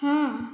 ହଁ